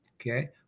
okay